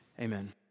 amen